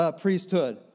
priesthood